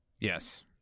yes